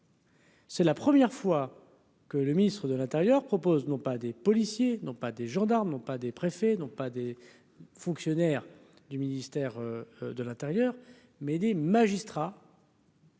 C'est la première fois que le ministre de l'Intérieur propose non pas des policiers, non pas des gendarmes n'ont pas des préfets, non pas des fonctionnaires du ministère de l'Intérieur, mais des magistrats.